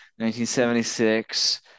1976